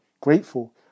grateful